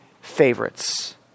favorites